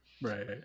Right